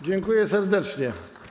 Dziękuję serdecznie.